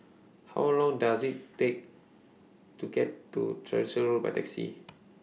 How Long Does IT Take to get to Tyersall Road By Taxi